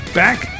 back